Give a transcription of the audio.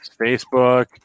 Facebook